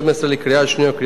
לקריאה השנייה ולקריאה השלישית.